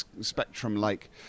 Spectrum-like